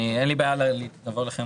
אין לי בעיה לבוא אליכם